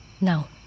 Now